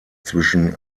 zwischen